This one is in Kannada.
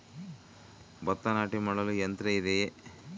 ಭತ್ತ ನಾಟಿ ಮಾಡಲು ಯಂತ್ರ ಇದೆಯೇ?